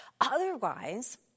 Otherwise